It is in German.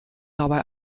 dabei